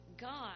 God